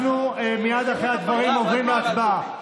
אנחנו מייד לאחר הדברים עוברים להצבעה,